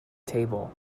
table